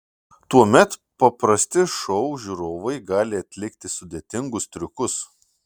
tuomet paprasti šou žiūrovai gali atlikti sudėtingus triukus